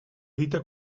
dita